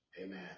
Amen